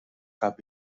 cap